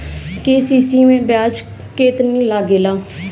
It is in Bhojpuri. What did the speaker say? के.सी.सी मै ब्याज केतनि लागेला?